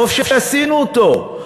טוב שעשינו אותו,